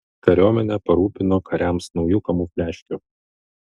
kariuomenę parūpino kariams naujų kamufliažkių